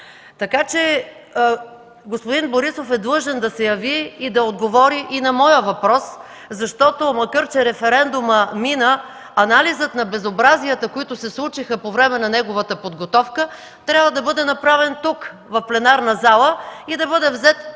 Така че господин Борисов е длъжен да се яви и да отговори и на моя въпрос, защото, макар че референдумът мина, анализът на безобразията, които се случиха по време на неговата подготовка, трябва да бъде направен тук – в пленарната зала, и да бъде взет